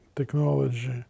technology